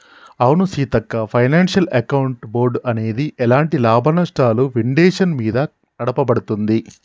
అవును Seethakka financial account board అనేది ఎలాంటి లాభనష్టాలు విండేషన్ మీద నడపబడుతుంది